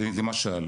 למשל: